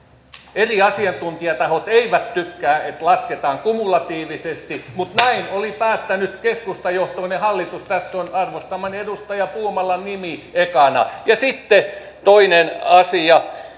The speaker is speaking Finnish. eri asiantuntijatahot eivät tykkää että lasketaan kumulatiivisesti mutta näin oli päättänyt keskustajohtoinen hallitus tässä on arvostamani edustaja puumalan nimi ekana ja sitten toinen asia